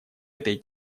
этой